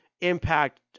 impact